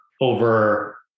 over